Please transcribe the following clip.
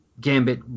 Gambit